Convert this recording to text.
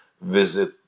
visit